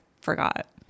forgot